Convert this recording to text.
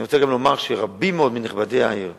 אני רוצה גם לומר שרבים מאוד מנכבדי העיר,